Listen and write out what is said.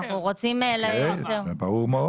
ברור.